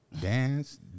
dance